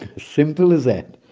simple as that.